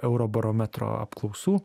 eurobarometro apklausų